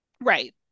Right